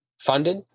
funded